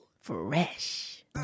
Fresh